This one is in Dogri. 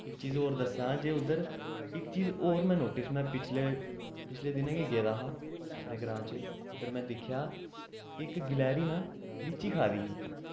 इक चीज होर दस्सां जे उद्धर इक चीज होर में नोटिस में पिछले पिछले दिनें गै गेदा हा अपने ग्रां च उद्धर में दिक्खेआ इक गलैह्री ना लीची खा दी ही